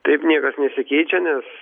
taip niekas nesikeičia nes